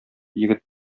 егет